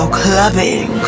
clubbing